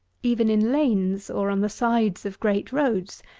even in lanes, or on the sides of great roads,